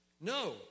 No